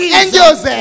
angels